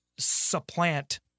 supplant